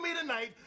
tonight